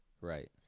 Right